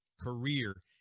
career